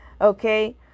Okay